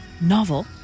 novel